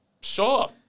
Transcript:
sure